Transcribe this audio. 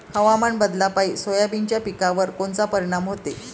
हवामान बदलापायी सोयाबीनच्या पिकावर कोनचा परिणाम होते?